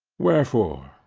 wherefore,